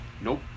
Nope